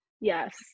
Yes